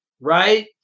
right